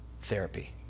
therapy